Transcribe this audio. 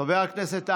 חבר הכנסת האוזר,